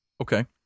Okay